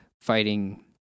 fighting